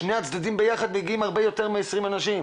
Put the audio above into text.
שני הצדדים ביחד מגיעים להרבה יותר מ-20 אנשים.